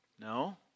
No